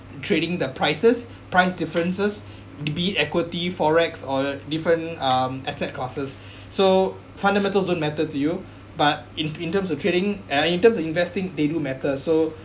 trading the prices price differences the be equity forex or different um asset classes so fundamentals don't matter to you but in in terms of trading uh in terms of investing they do matter so